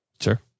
Sure